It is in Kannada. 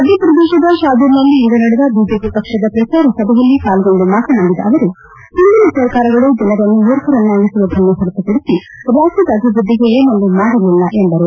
ಮಧ್ಯಪ್ರದೇಶದ ಶಾದೂಲ್ನಲ್ಲಿ ಇಂದು ನಡೆದ ಬಿಜೆಪಿ ಪಕ್ಷದ ಪ್ರಚಾರ ಸಭೆಯಲ್ಲಿ ಪಾಲ್ಗೊಂಡು ಮಾತನಾಡಿದ ಅವರು ಹಿಂದಿನ ಸರ್ಕಾರಗಳು ಜನರನ್ನು ಮೂರ್ಖರನ್ನಾಗಿಸುವುದನ್ನು ಹೊರತುಪಡಿಸಿ ರಾಜ್ಯದ ಅಭಿವೃದ್ದಿಗೆ ಏನನ್ನು ಮಾಡಲಿಲ್ಲ ಎಂದರು